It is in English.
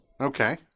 Okay